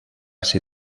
ser